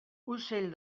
ocell